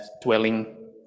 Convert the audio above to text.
dwelling